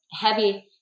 heavy